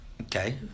Okay